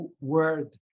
word